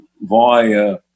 via